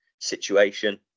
situation